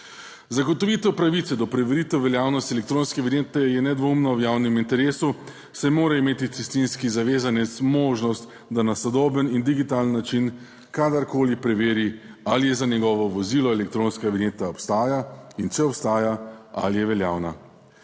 Zagotovitev pravice do preveritve veljavnosti elektronske vinjete je nedvomno v javnem interesu, saj mora imeti cestninski zavezanec možnost, da na sodoben in digitalen način kadarkoli preveri, ali za njegovo vozilo elektronska vinjeta obstaja, in če obstaja, ali je veljavna.